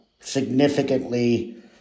significantly